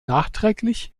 nachträglich